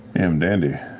i'm dandy.